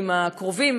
עם הקרובים,